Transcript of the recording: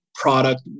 Product